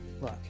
look